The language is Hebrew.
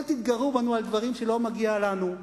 אל תתגרו בנו על דברים שלא מגיעים לנו,